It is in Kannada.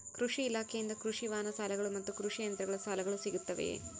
ಕೃಷಿ ಇಲಾಖೆಯಿಂದ ಕೃಷಿ ವಾಹನ ಸಾಲಗಳು ಮತ್ತು ಕೃಷಿ ಯಂತ್ರಗಳ ಸಾಲಗಳು ಸಿಗುತ್ತವೆಯೆ?